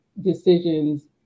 decisions